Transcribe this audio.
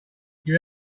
you